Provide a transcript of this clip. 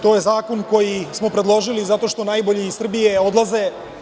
To je zakon koji smo predložili zato što najbolji iz Srbije odlaze.